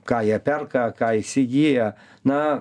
ką jie perka ką įsigiję na